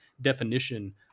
definition